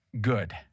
Good